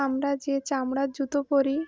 আমরা যে চামড়ার জুতো পরি